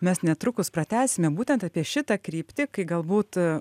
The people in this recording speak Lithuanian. mes netrukus pratęsime būtent apie šitą kryptį kai galbūt